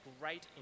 great